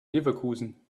leverkusen